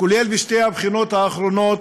כולל בשתי הבחינות האחרונות,